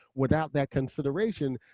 without that consideration,